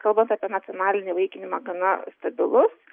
kalbant apie nacionalinį įvaikinimą gana stabilus